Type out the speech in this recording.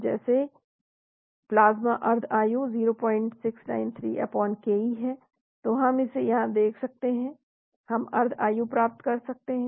और प्लाज्मा अर्द्ध आयु 0693Ke है तो हम इसे यहां रख सकते हैं हम अर्द्ध आयु प्राप्त कर सकते हैं